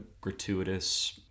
gratuitous